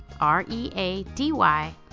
R-E-A-D-Y